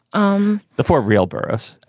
um the four real boroughs.